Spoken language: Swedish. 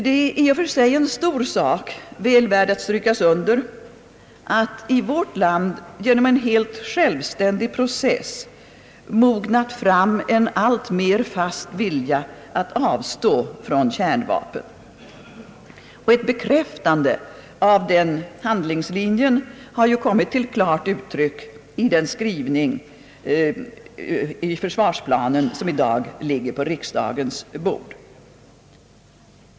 Det är i och för sig en stor sak, väl värd att strykas under, att i vårt land genom en helt självständig process mognat en alltmer fast vilja att avstå från kärnvapen. Ett bekräftande av den handlingslinjen har ju kommit till klart uttryck i den skrivning i försvarsplanen som i dag ligger på riksdagens bord.